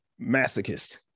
masochist